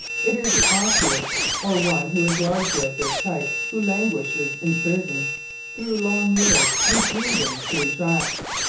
it is the osseous or one who is largely of this type who languishes in prison through long years, refusing to retract.